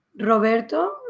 roberto